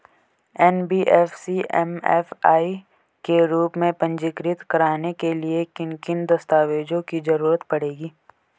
NBFC MFI के रूप में पंजीकृत कराने के लिए किन किन दस्तावेजों की जरूरत पड़ेगी?